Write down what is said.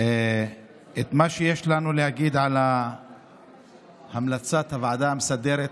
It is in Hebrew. את מה שיש לנו להגיד על המלצת הוועדה המסדרת